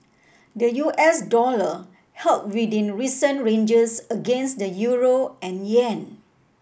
the U S dollar held within recent ranges against the euro and yen